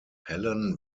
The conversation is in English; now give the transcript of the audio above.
helen